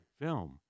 film